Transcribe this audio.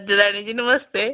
अंजी ड़ॉक्टरानी जी नमस्ते